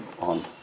on